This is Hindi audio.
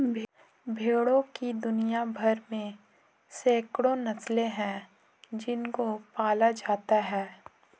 भेड़ों की दुनिया भर में सैकड़ों नस्लें हैं जिनको पाला जाता है